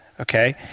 Okay